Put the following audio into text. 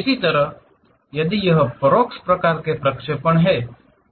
इसी तरह यदि यह परोक्ष प्रकार के प्रक्षेपण हैं